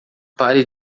pare